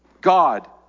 God